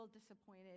disappointed